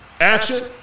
Action